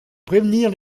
prévenir